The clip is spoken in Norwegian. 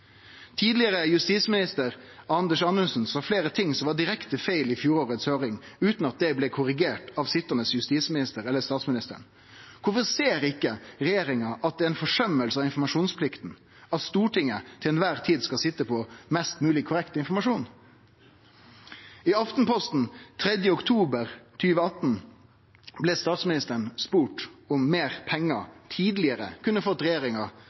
Tidlegare justisminister Anders Anundsen sa fleire ting i fjorårets høyring som var direkte feil, utan at det blei korrigert av sitjande justisminister eller av statsministeren. Kvifor ser ikkje regjeringa at det er ei forsøming av informasjonsplikta, at Stortinget til kvar tid skal sitje på mest mogleg korrekt informasjon? I Aftenposten 3. oktober 2018 blei statsministeren spurd om meir pengar tidlegare kunne fått regjeringa